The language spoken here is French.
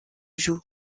joue